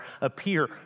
appear